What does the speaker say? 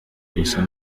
gusa